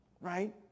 right